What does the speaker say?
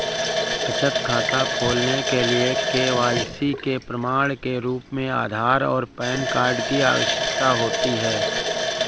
बचत खाता खोलने के लिए के.वाई.सी के प्रमाण के रूप में आधार और पैन कार्ड की आवश्यकता होती है